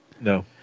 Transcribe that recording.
no